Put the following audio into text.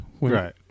Right